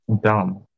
Dumb